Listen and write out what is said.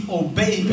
obey